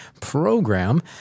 program